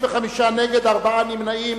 55 נגד, ארבעה נמנעים.